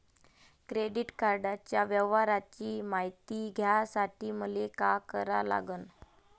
Credit कार्डाच्या व्यवहाराची मायती घ्यासाठी मले का करा लागन?